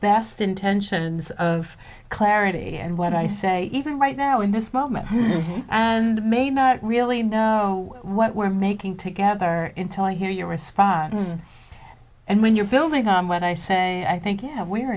best intentions of clarity and what i say even right now in this moment and maybe not really know what we're making together in telling here your response and when you're building on what i say i think yeah we're